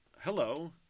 Hello